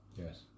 Yes